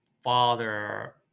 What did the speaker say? father